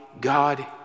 God